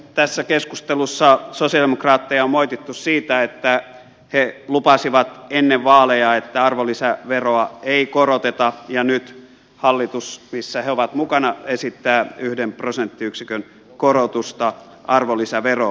tässä keskustelussa sosialidemokraatteja on moitittu siitä että he lupasivat ennen vaaleja että arvonlisäveroa ei koroteta ja nyt hallitus missä he ovat mukana esittää yhden prosenttiyksikön korotusta arvonlisäveroon